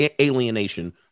alienation